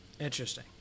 interesting